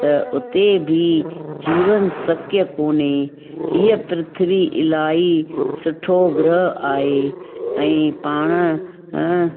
त उते बि जीवन शक्य कोने हीअ पृथ्वी अलाई सुठो ग्रह आहे ऐं पाण अं